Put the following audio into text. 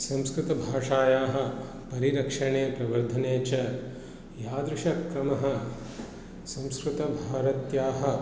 संस्कृतभाषायाः परिरक्षणे प्रवर्धने च यादृशः क्रमः संस्कृतभारत्याः